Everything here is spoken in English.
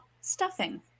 stuffing